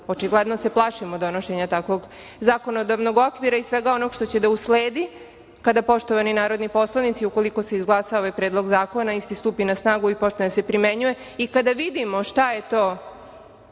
okviru. Očigledno se plašimo donošenja takvog zakonodavnog okvira i svega onoga što će da usledi kada poštovani narodni poslanici ukoliko se izglasa ovaj Predlog zakona isti stupi na snagu i počne da se primenjuje i kada vidimo šta je to